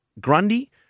Grundy